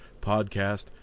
podcast